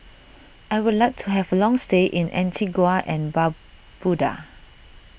I would like to have a long stay in Antigua and Barbuda